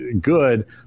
good